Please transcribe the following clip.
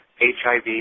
HIV